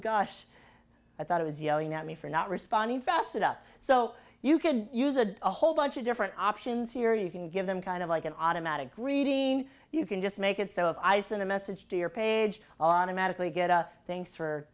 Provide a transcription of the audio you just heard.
gosh i thought it was yelling at me for not responding fast it up so you could use a whole bunch of different options here you can give them kind of like an automatic greeting you can just make it so if i send a message to your page on a magically get a thanks for